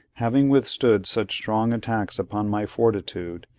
having withstood such strong attacks upon my fortitude,